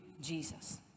Jesus